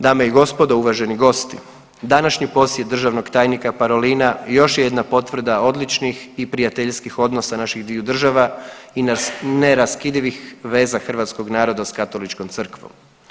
Dame i gospodo, uvaženi gosti, današnji posjet državnog tajnika Parolina još je jedna potvrda odličnih i prijateljskih odnosa naših dviju država i neraskidivih veza hrvatskog naroda s Katoličkom crkvom.